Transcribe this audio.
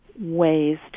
ways